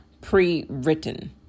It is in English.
pre-written